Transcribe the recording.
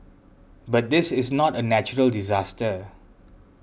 but this is not a natural disaster